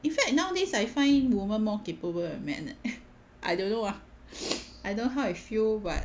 in fact nowadays I find women more capable than man eh I don't know ah I don't how I feel but